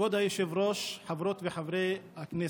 כבוד היושב-ראש, חברות וחברי הכנסת,